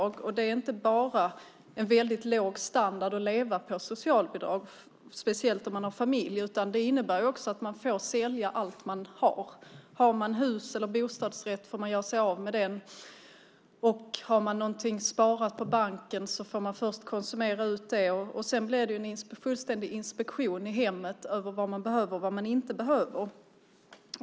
Socialbidrag innebär inte bara en väldigt låg standard att leva på, speciellt om man har familj, utan det innebär också att man får sälja allt man har. Har man hus eller bostadsrätt får man göra sig av med det, och har man något sparat på banken får man först använda det. Sedan blir det en fullständig inspektion i hemmet av vad man behöver och vad man inte behöver.